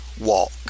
walk